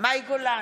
מאי גולן,